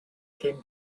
came